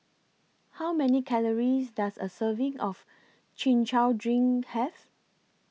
How Many Calories Does A Serving of Chin Chow Drink Have